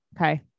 Okay